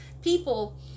people